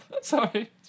Sorry